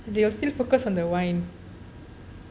they will still focus on the wine